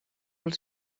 els